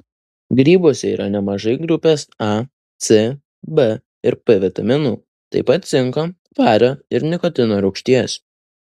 grybuose yra nemažai grupės a c b ir p vitaminų taip pat cinko vario ir nikotino rūgšties